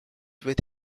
with